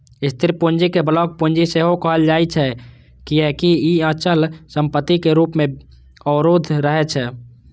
स्थिर पूंजी कें ब्लॉक पूंजी सेहो कहल जाइ छै, कियैकि ई अचल संपत्ति रूप मे अवरुद्ध रहै छै